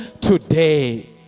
today